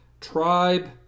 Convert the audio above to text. Tribe